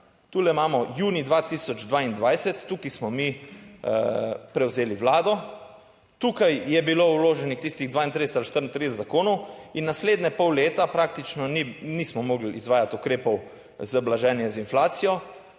tule imamo junij 2022, tukaj smo mi prevzeli Vlado. Tukaj je bilo vloženih tistih 32 ali 34 zakonov in naslednje pol leta praktično nismo mogli izvajati ukrepov za blaženje z inflacijo.